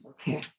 Okay